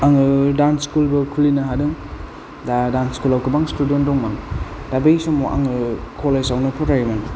आङो dance school बो खुलिनो हादों दा डान्स स्कुलाव गोबां स्टुडेन्ट दंमोन दा बै समाव आङो कलेजावनो फरायोमोन